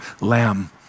lamb